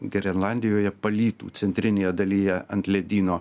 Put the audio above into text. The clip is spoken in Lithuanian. grenlandijoje palytų centrinėje dalyje ant ledyno